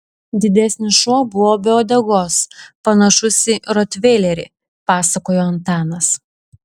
didesnis šuo buvo be uodegos panašus į rotveilerį pasakojo antanas